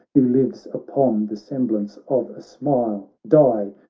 who lives upon the semblance of a smile. die!